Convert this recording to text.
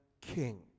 king